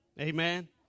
Amen